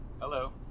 Hello